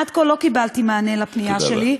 עד כה לא קיבלתי מענה על הפנייה שלי.